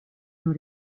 non